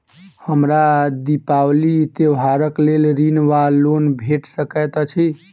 हमरा दिपावली त्योहारक लेल ऋण वा लोन भेट सकैत अछि?